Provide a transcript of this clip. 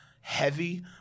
heavy